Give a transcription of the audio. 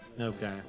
Okay